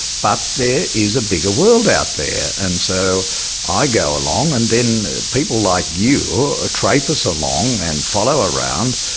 but there is a bigger world out there, and so i go along and then people like you ah traipse along and follow around.